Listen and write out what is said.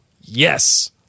yes